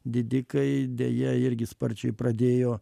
didikai deja irgi sparčiai pradėjo